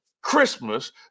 Christmas